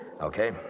Okay